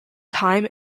time